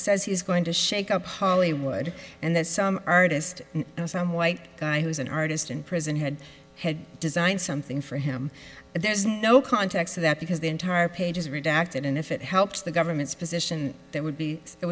says he's going to shake up hollywood and there's some artist and some white guy who's an artist in prison who had designed something for him but there's no context to that because the entire page is redacted and if it helps the government's position that would be it